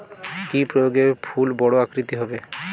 কি প্রয়োগে ফুল বড় আকৃতি হবে?